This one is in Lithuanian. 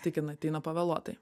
tik jin ateina pavėluotai